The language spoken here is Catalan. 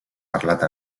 parlat